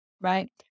right